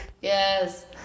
Yes